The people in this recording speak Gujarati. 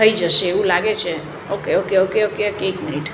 થઈ જશે એવું લાગે છે ઓકે ઓકે ઓકે ઓકે એક મિનિટ